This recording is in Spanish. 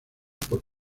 por